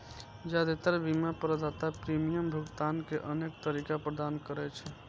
जादेतर बीमा प्रदाता प्रीमियम भुगतान के अनेक तरीका प्रदान करै छै